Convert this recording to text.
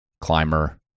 climber